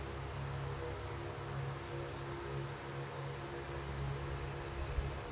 ಉಳ್ಳಾಗಡ್ಡಿಗೆ ಯಾವ ಮಣ್ಣು ಛಲೋ?